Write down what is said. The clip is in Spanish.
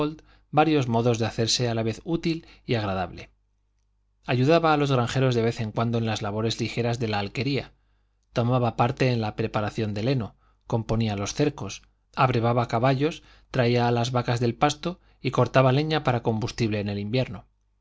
varios modos de hacerse a la vez útil y agradable ayudaba a los granjeros de vez en cuando en las labores ligeras de la alquería tomaba parte en la preparación del heno componía los cercos abrevaba los caballos traía a las vacas del pasto y cortaba leña para combustible en el invierno